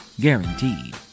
Guaranteed